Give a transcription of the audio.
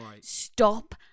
Stop